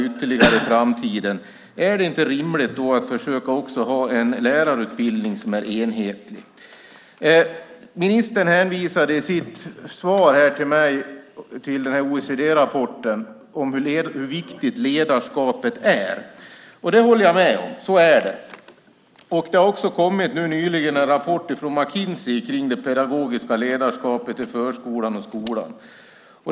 Är det inte rimligt att också försöka ha en lärarutbildning som är enhetlig? Ministern hänvisade i sitt svar till en OECD-rapport om hur viktigt ledarskapet är. Det håller jag med om - så är det. Det har också nyligen kommit en rapport från McKinsey om det pedagogiska ledarskapet i förskolan och skolan.